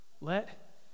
Let